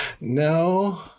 No